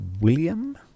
William